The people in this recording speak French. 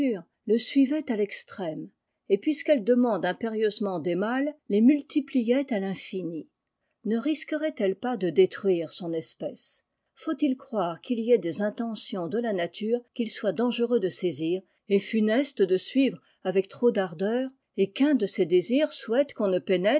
je suivait à textrême et puisqu'elle demande impérieusement des mâles les multipliait à tinfini ne risquerait elle pas de détruire son espèce faut-il croire qu'il y ait des intentions de là nature qu'il soit dangereux de saisir et funeste de suivre avec trop d'ardeur et qu'un de ses désirs souhaite qu'on ne